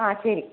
ആ ശരി